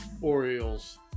Orioles